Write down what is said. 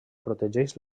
protegeix